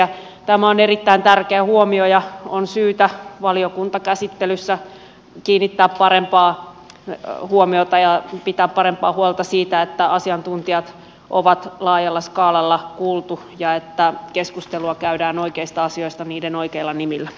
tämä on erittäin tärkeä huomio ja on syytä valiokuntakäsittelyssä kiinnittää enemmän huomiota siihen ja pitää parempaa huolta siitä että asiantuntijat on laajalla skaalalla kuultu ja että keskustelua käydään oikeista asioista niiden oikeilla nimillä